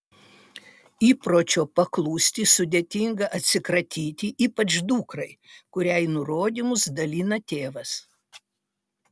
įpročio paklusti sudėtinga atsikratyti ypač dukrai kuriai nurodymus dalina tėvas